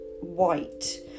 white